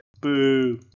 Boo